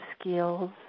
skills